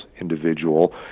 individual